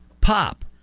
pop